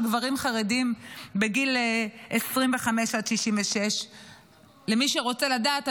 גברים חרדים בגיל 25 עד 66. למי שרוצה לדעת,